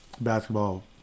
Basketball